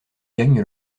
gagne